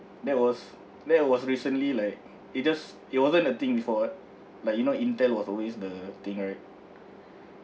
that was that was recently like it just it wasn't a thing before what like you know intel was always the thing right